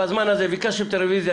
ביקשתם את הרביזיה,